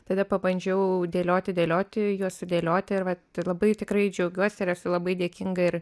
tada pabandžiau dėlioti dėlioti juos sudėlioti ir vat labai tikrai džiaugiuosi ir esu labai dėkinga ir